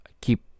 keep